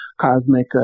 cosmic